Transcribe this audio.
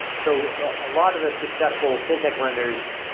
so a lot of the successful fintech lenders,